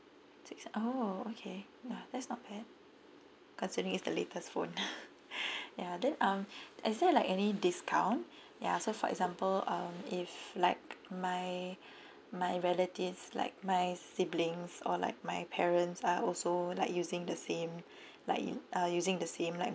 six oh okay ya that's not bad considering it's the latest phone ya then um is there like any discount ya so for example um if like my my relatives like my siblings or like my parents are also like using the same like in uh using the same like